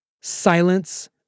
Silence